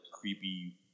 creepy